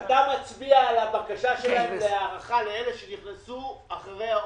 אתה מצביע על הבקשה שלהם להארכה לאלא שנכנסו אחר כך.